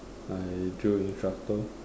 I drill instructor